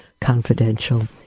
confidential